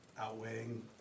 outweighing